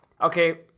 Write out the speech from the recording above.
Okay